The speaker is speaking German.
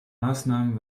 maßnahmen